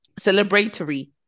celebratory